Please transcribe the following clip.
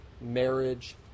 marriage